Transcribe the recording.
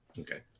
Okay